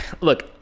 look